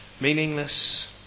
Meaningless